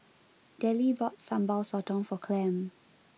Dellie bought Sambal Sotong for Clem